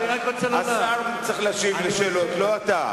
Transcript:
השר צריך להשיב על שאלות, לא אתה.